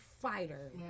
fighter